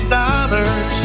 dollars